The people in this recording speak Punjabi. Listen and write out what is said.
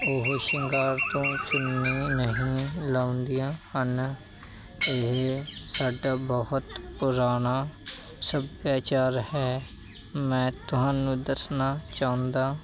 ਉਹ ਸ਼ਿੰਗਾਰ ਤੋਂ ਚੁੰਨੀ ਨਹੀਂ ਲਾਹਉਂਦੀਆਂ ਹਨ ਇਹ ਸਾਡਾ ਬਹੁਤ ਪੁਰਾਣਾ ਸੱਭਿਆਚਾਰ ਹੈ ਮੈਂ ਤੁਹਾਨੂੰ ਦੱਸਣਾ ਚਾਹੁੰਦਾ